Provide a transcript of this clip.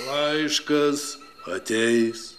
laiškas ateis